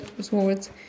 swords